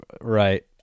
Right